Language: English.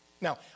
Now